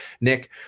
Nick